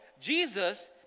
Jesus